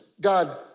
God